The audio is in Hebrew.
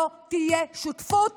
לעולם לא תהיה שותפות